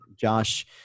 josh